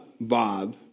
Bob